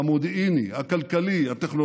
בבית הוריו של גנדי הקפידו להשתמש בתאריך העברי.